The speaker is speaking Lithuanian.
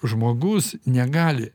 žmogus negali